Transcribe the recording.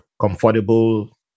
comfortable